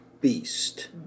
beast